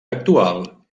actual